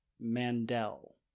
Mandel